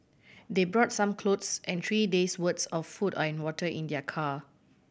they brought some clothes and three days' worth of food and water in their car